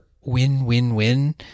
win-win-win